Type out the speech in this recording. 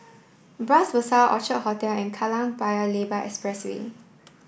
Bras Basah Orchid Hotel and Kallang Paya Lebar Expressway